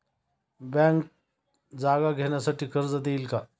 Bank जागा घेण्यासाठी कर्ज देईल का?